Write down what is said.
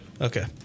Okay